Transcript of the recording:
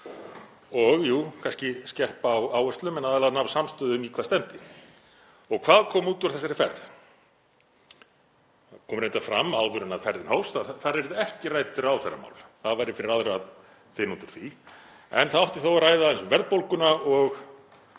og jú, kannski skerpa á áherslum en aðallega ná samstöðu um í hvað stefndi. Og hvað kom út úr þessari ferð? Það kom reyndar fram áður en ferðin hófst að þar yrðu ekki rædd ráðherramál, það væri fyrir aðra að finna út úr því, en það átti þó að ræða aðeins um verðbólguna og